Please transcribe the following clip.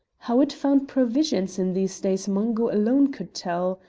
how it found provisions in these days mungo alone could tell.